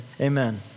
amen